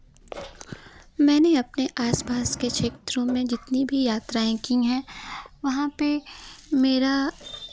मैंने अपने आस पास के क्षेत्रों में जितनी भी यात्राएँ की हैं वहाँ पर मेरा